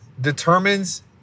determines